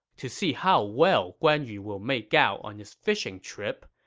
to see how well guan yu will make out on his fishing trip,